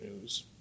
news